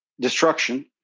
destruction